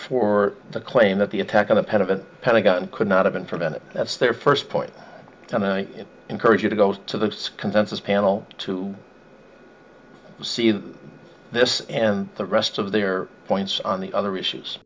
for the claim that the attack on impediment pentagon could not have been prevented that's their first point and i encourage you to go to the consensus panel to see the this and the rest of their points on the other issues